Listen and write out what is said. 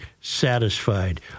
satisfied